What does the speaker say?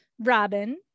Robin